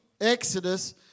Exodus